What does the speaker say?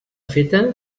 feta